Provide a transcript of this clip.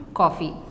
coffee